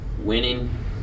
Winning